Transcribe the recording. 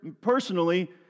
personally